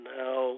now